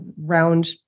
round